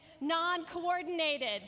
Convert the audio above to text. non-coordinated